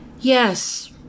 yes